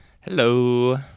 Hello